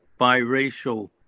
biracial